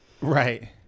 Right